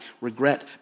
regret